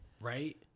Right